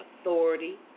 authority